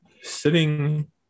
sitting